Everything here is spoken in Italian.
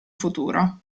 futuro